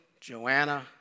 Joanna